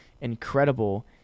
incredible